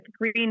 green